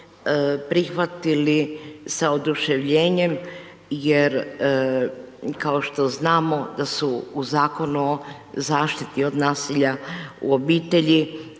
prihvatili sa oduševljenjem jer kao što znamo da su u Zakonu o zaštiti od nasilja u obitelji